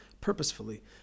purposefully